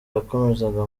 yakomezaga